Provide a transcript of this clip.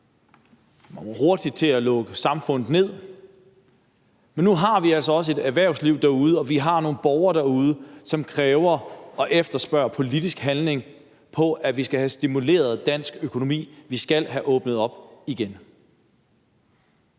Man var hurtig til at lukke samfundet ned, men nu har vi altså også et erhvervsliv derude, og vi har nogle borgere derude, som kræver og efterspørger politisk handling på, at vi skal have stimuleret dansk økonomi. Vi skal have åbnet op igen.